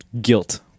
guilt